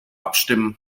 abstimmen